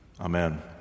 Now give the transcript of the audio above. Amen